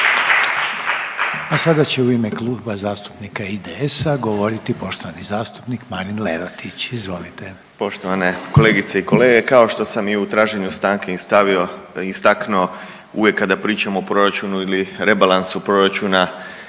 A sada će u ime Kluba zastupnika IDS-a govoriti poštovani zastupnik Marin Lerotić. Izvolite. **Lerotić, Marin (IDS)** Poštovane kolegice i kolege. Kao što sam i u traženju stanke istaknuo uvijek kada pričamo o proračunu ili rebalansu proračuna